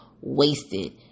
wasted